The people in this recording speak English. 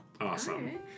Awesome